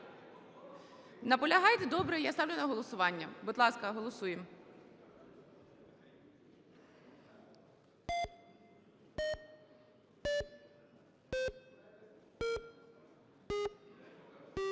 Наполягаєте. Добре, я ставлю на голосування. Будь ласка, голосуємо.